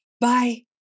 Bye